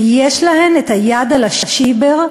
ויש להן את היד על השיבר,